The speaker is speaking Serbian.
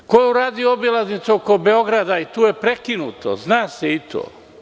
Ko je uradio obilaznicu oko Beogradu i tu je prekinuto, zna se i to.